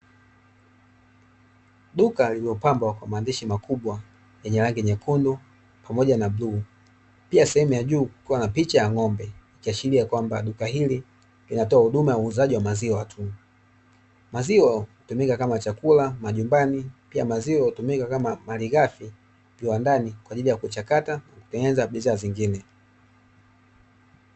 Duka lililopambwa kwa maandishi makubwa yenye rangi nyekundu pamoja na bluu, pia sehemu ya juu kukiwa na picha ya ng'ombe. Ikiashiria kwamba duka hili linatoa huduma ya uuzaji wa maziwa tu. Maziwa hutumika kama chakula majumbani pia maziwa hutumika kama malighafi kiwandani kwa ajili ya kuchakata, na kutengeneza bidhaa zingine.